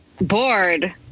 Bored